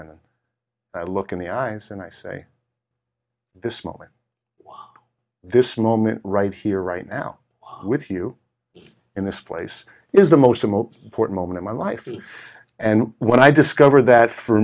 and i look in the eyes and i say this moment this moment right here right now with you in this place is the most remote port moment in my life and when i discover that for